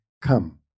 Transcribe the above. come